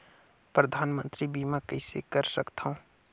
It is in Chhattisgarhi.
परधानमंतरी बीमा कइसे कर सकथव?